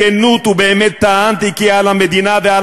בכנות ובאמת טענתי כי על המדינה ועל